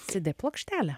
cd plokštelę